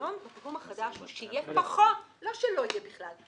הרעיון בפיגום החדש הוא שיהיה פחות לא שלא יהיה בכלל,